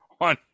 on